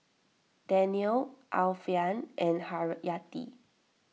Daniel Alfian and Haryati